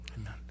Amen